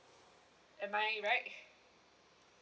am I right